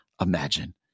imagine